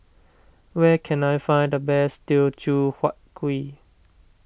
where can I find the best Teochew Huat Kuih